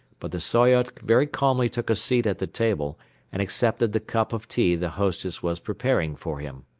but the soyot very calmly took a seat at the table and accepted the cup of tea the hostess was preparing for him.